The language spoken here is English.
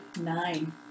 nine